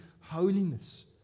holiness